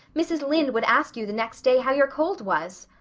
mrs. lynde would ask you the next day how your cold was!